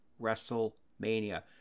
WrestleMania